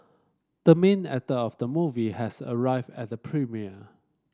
the main actor of the movie has arrived at the premiere